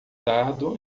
dardo